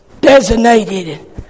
Designated